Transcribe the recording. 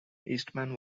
eastman